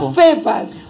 favors